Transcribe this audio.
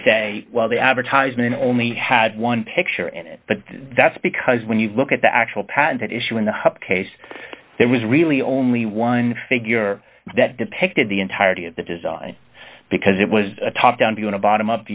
say well the advertisement only had one picture in it but that's because when you look at the actual patent issue in the case there was really only one figure that depicted the entirety of the design because it was a top down view in a bottom up